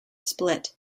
split